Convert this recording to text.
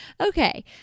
Okay